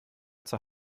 zur